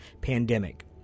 pandemic